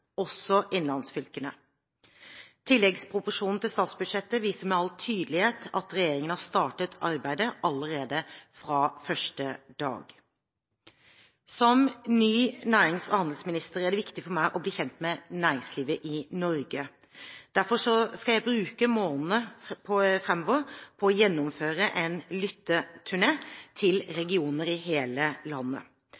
også innlandsfylkene. Tilleggsproposisjonen til statsbudsjettet viser med all tydelighet at regjeringen har startet arbeidet allerede fra første dag. Som ny nærings- og handelsminister er det viktig for meg å bli kjent med næringslivet i Norge. Derfor skal jeg bruke månedene framover på å gjennomføre en lytteturné til